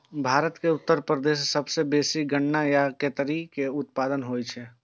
भारत के उत्तर प्रदेश मे सबसं बेसी गन्ना या केतारी के उत्पादन होइ छै